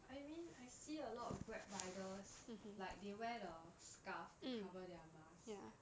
I mean I see a lot of grab riders like they wear the scarf to cover their masks